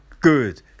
Good